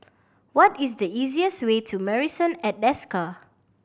what is the easiest way to Marrison at Desker